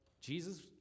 Jesus